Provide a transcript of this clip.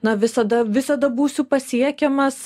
na visada visada būsiu pasiekiamas